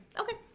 okay